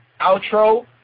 outro